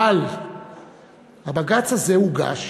אבל הבג"ץ הזה הוגש